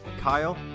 Kyle